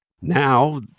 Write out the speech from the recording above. now